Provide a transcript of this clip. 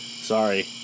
Sorry